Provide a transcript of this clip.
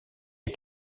les